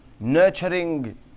nurturing